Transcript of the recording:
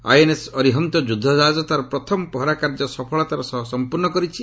INS Arihant ଯୁଦ୍ଧକାହାଜ ତା'ର ପ୍ରଥମ ପହରା କାର୍ଯ୍ୟ ସଫଳତାର ସହ ସମ୍ପର୍ଣ୍ଣ କରିଛି